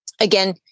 again